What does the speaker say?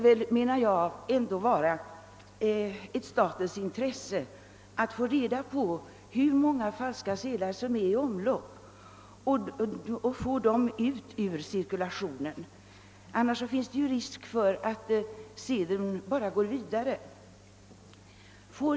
Det måste ändå vara ett statens intresse att få reda på hur många falska sedlar som är i omlopp och att få dem ut ur cirkulationen. Annars finns det ju risk för att sedlarna bara går vidare.